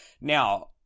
Now